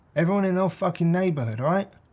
everyone in the whole fucking neighborhood, all right?